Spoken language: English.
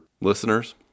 listeners